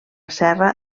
serra